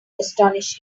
astonishing